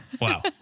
Wow